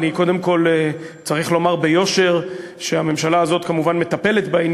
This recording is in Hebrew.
אני קודם כול צריך לומר ביושר שהממשלה הזאת כמובן מטפלת בו,